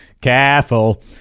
careful